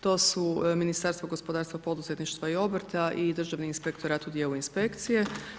To su Ministarstvo gospodarstva, poduzetništva i obrta i Državni inspektorat u dijelu inspekcije.